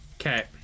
okay